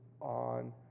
on